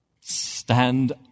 Stand